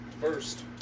first